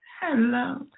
hello